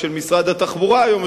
של משרד התחבורה היום,